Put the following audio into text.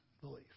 belief